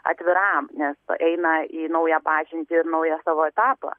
atviram nes eina į naują pažintį naują savo etapą